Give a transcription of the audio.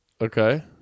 Okay